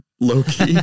Loki